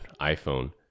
iPhone